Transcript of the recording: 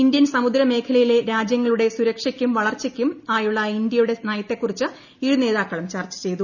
Indian സമുദ്ര മേഖലയിലെ രാജ്യങ്ങളുടെ സുരക്ഷയ്ക്കും വളർച്ചയ്ക്കും ആയുള്ള ഇന്ത്യയുടെ നയത്തെ കുറിച്ച് ഇരുനേതാക്കളും ചർച്ച ചെയ്തു